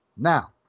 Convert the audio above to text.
Now